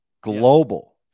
Global